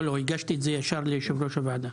לא, לא, הגשתי את זה ישר ליושב ראש הוועדה.